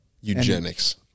Eugenics